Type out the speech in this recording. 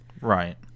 Right